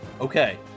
Okay